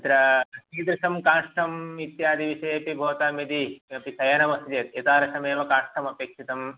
अत्र कीदृशं काष्ठम् इत्यादि विषयेपि भवतां यदि किमपि चयनमस्ति चेत् एतादृशमेव काष्ठमपेक्षितम्